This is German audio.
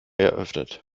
eröffnet